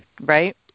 right